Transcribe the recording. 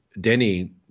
Denny